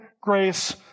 grace